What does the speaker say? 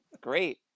great